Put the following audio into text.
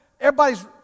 Everybody's